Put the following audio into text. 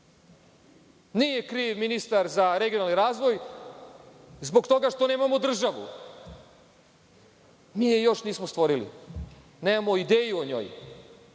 nije kriv ministar za regionalni razvoj zbog toga što nemamo državu. Mi je još nismo stvorili, nemamo ideju o njoj